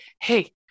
hey